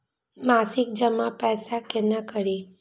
मासिक जमा पैसा केना करी?